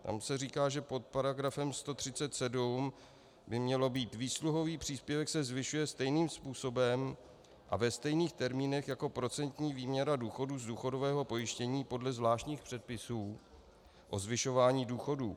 Tam se říká, že pod § 137 by mělo být: Výsluhový příspěvek se zvyšuje stejným způsobem a ve stejných termínech jako procentní výměra důchodu z důchodového pojištění podle zvláštních předpisů o zvyšování důchodů.